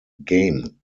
game